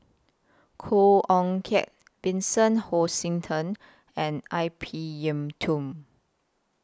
Khoo Oon Teik Vincent Hoisington and I P Yiu Tung